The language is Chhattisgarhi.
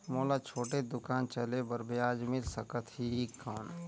मोला छोटे दुकान चले बर ब्याज मिल सकत ही कौन?